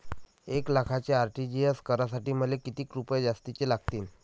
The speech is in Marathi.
एक लाखाचे आर.टी.जी.एस करासाठी मले कितीक रुपये जास्तीचे लागतीनं?